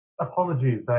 Apologies